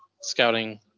scouting